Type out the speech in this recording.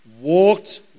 walked